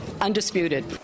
undisputed